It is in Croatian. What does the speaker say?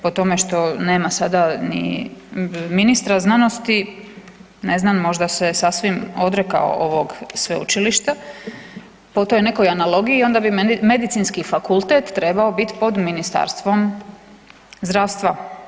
Po tome što nema sada ni ministra znanosti ne znam možda se sasvim odrekao ovog sveučilišta, po toj nekoj analogiji onda bi medicinski fakultet trebao bit pod Ministarstvom zdravstva.